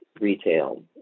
retail